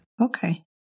Okay